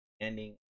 ending